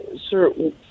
sir